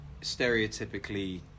stereotypically